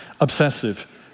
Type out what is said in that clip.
Obsessive